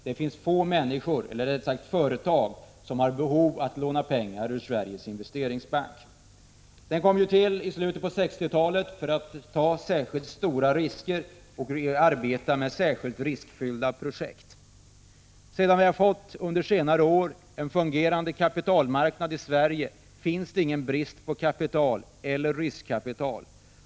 Det finns få företag som behöver låna pengar i Sveriges Investeringsbank. Den kom till i slutet av 1960-talet för att ta särskilt stora risker och för att arbeta med särskilt riskfyllda projekt. Sedan vi under senare år fått en väl fungerande kapitalmarknad i Sverige, finns det ingen brist på kapital eller riskkapital.